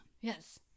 Yes